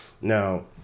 Now